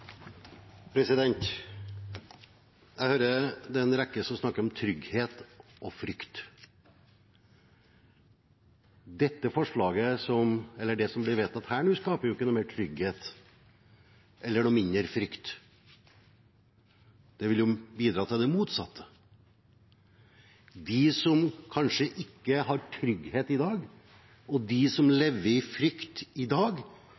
som blir vedtatt her nå, skaper ikke større trygghet eller mindre frykt, men vil bidra til det motsatte. De som kanskje ikke har trygghet i dag, og de som lever i frykt i dag,